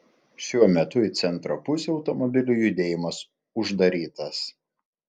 šiuo metu į centro pusę automobilių judėjimas uždarytas